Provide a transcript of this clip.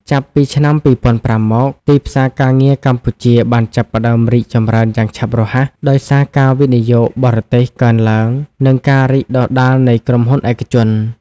ចាប់ពីឆ្នាំ ២០០៥ មក ទីផ្សារការងារកម្ពុជាបានចាប់ផ្តើមរីកចម្រើនយ៉ាងឆាប់រហ័ស ដោយសារការវិនិយោគបរទេសកើនឡើង និងការរីកដុះដាលនៃក្រុមហ៊ុនឯកជន។